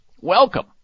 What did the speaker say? welcome